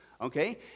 Okay